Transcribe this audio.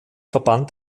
verband